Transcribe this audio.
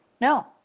no